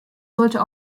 sollte